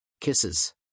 Kisses